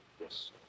Yes